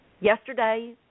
Yesterday